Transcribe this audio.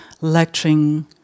lecturing